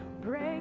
break